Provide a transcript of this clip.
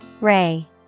Ray